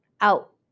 out